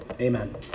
Amen